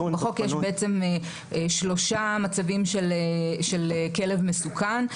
בחוק יש בעצם שלושה מצבים של כלב מסוכן,